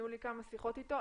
היו לי כמה שיחות אתו.